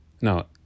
No